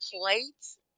plates